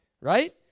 right